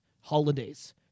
holidays